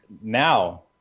now